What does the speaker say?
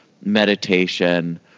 meditation